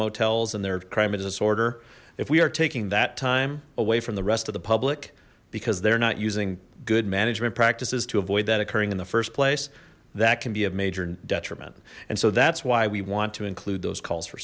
motels and their crime is disorder if we are taking that time away from the rest of the public because they're not using good management practices to avoid that occurring in the first place that can be a major detriment and so that's why we want to include those calls for